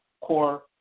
core